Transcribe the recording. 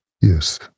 Yes